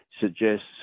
suggests